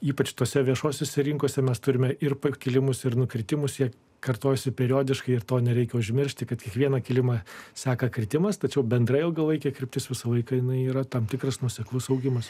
ypač tose viešosiose rinkose mes turime ir pakilimus ir nukritimus jie kartojasi periodiškai ir to nereikia užmiršti kad kiekvieną kilimą seka kritimas tačiau bendra ilgalaikė kryptis visą laiką jinai yra tam tikras nuoseklus augimas